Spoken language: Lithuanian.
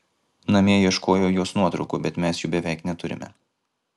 namie ieškojau jos nuotraukų bet mes jų beveik neturime